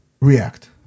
React